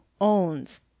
Owns